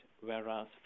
whereas